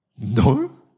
No